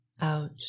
out